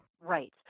Right